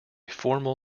formal